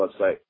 website